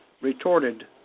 retorted